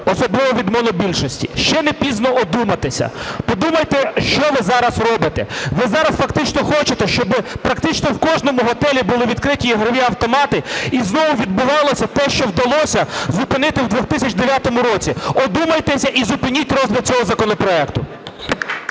особливо від монобільшості, ще не пізно одуматися, подумайте, що ви зараз робите. Ви зараз фактично хочете, щоби практично в кожному готелі були відкриті ігрові автомати і знову відбувалося те, що вдалося зупинити в 2009 році. Одумайтеся і зупиніть розгляд цього законопроекту.